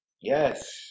yes